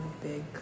big